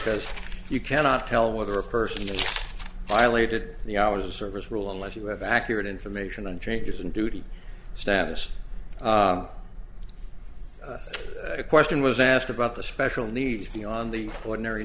because you cannot tell whether a person to violated the hours of service rule unless you have accurate information on changes in duty status the question was asked about the special needs be on the ordinary